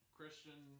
Christian